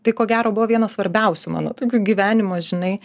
tai ko gero buvo vienas svarbiausių mano tokių gyvenimo žinai